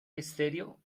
stereo